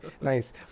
nice